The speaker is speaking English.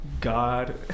God